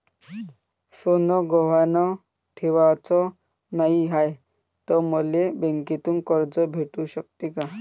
सोनं गहान ठेवाच नाही हाय, त मले बँकेतून कर्ज भेटू शकते का?